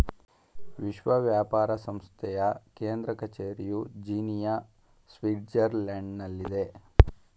ವಿಶ್ವ ವ್ಯಾಪಾರ ಸಂಸ್ಥೆಯ ಕೇಂದ್ರ ಕಚೇರಿಯು ಜಿನಿಯಾ, ಸ್ವಿಟ್ಜರ್ಲ್ಯಾಂಡ್ನಲ್ಲಿದೆ